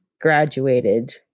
graduated